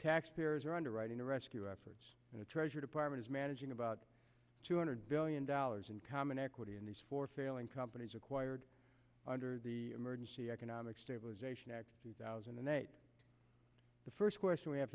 taxpayers are underwriting the rescue efforts and the treasury department is managing about two hundred billion dollars in common equity in these four failing companies acquired under the emergency economic stabilization act two thousand and eight the first question we have